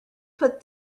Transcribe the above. put